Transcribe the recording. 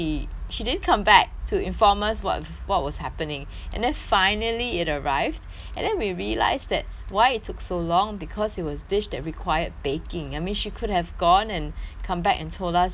to inform us was what was what was happening and then finally it arrived and then we realised that why it took so long because it was a dish that required baking I mean she could have gone and come back and told us you know it would take